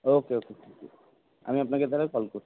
ওকে okay আমি আপনাকে তাহলে কল করছি